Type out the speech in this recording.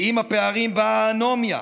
ועם הפערים באה האנומיה,